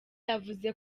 yavuze